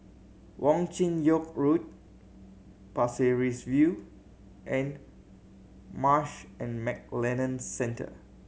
Wong Chin Yoke Road Pasir Ris View and Marsh and McLennan Centre